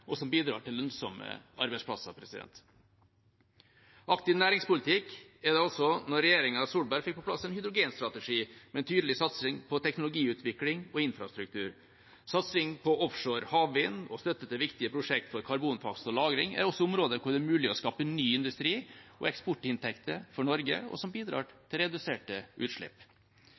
og som bidrar til lønnsomme arbeidsplasser. Aktiv næringspolitikk var det også da regjeringen Solberg fikk på plass en hydrogenstrategi og en tydelig satsing på teknologiutvikling og infrastruktur. Satsing på offshore havvind og støtte til viktige prosjekter for karbonfangst og -lagring er også områder der det er mulig å skape ny industri og eksportinntekter for Norge, og som bidrar til reduserte utslipp.